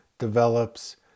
develops